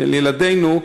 של ילדינו,